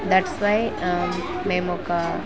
that's why మేము ఒక